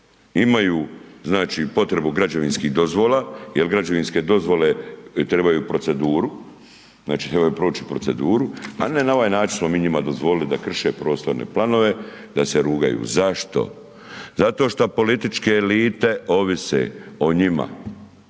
znači potrebu građevinskih dozvola, jer građevinske dozvole trebaju proceduru, znači trebaju proći proceduru, a ne na ovaj način smo mi njima dozvolili da krše prostorne planove, da se rugaju. Zašto? Zato što političke elite ovise o njima.